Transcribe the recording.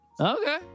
okay